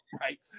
Right